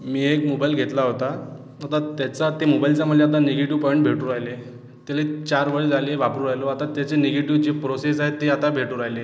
मी एक मोबाईल घेतला होता आता त्याचा ते मोबाईलचा म्हणले आता निगेटिव पॉइंट भेटून राहिले त्याले चार वर्ष झाले वापरू राहिलो आता त्याचे निगेटिव जे प्रोसेस आहे ते आता भेटून राहिले